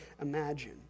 imagine